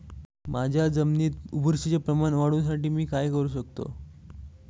माझ्या जमिनीत बुरशीचे प्रमाण वाढवण्यासाठी मी काय करू शकतो?